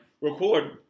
record